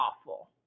awful